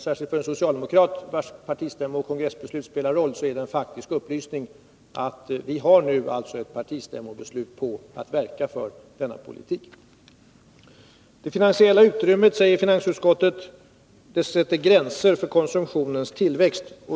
Särskilt för en socialdemokrat, för vilken partistämmooch kongressbeslut spelar roll, är det en faktisk upplysning att vi nu har ett partistämmobeslut att verka för en sådan politik. Det finansiella utrymmet, säger finansutskottet, sätter gränser för konsumtionens tillväxt.